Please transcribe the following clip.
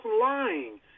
lying